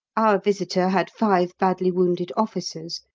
our visitor had five badly-wounded officers,